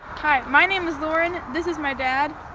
hi, my name is lauren. this is my dad,